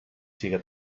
siga